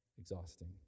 exhausting